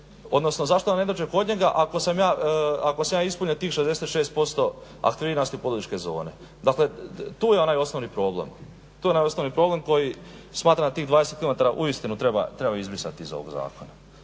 odnosno zašto da ne dođe kod njega ako sam ja ispunio tih 66% aktivnosti poduzetničke zone? Dakle, tu je onaj osnovni problem koji smatram da tih 20 kilometara uistinu treba izbrisati iz ovog zakona